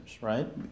Right